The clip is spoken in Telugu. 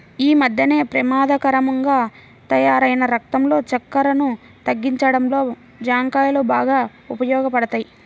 యీ మద్దెన పెమాదకరంగా తయ్యారైన రక్తంలో చక్కెరను తగ్గించడంలో జాంకాయలు బాగా ఉపయోగపడతయ్